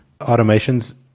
automations